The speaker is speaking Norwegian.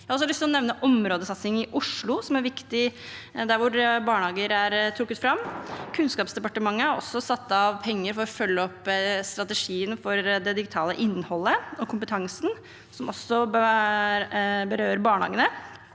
også lyst å nevne områdesatsingene i Oslo, som er viktig, der barnehager er trukket fram. Kunnskapsdepartementet har også satt av penger til å følge opp strategien for det digitale innholdet og kompetansen, som også berører barnehagene.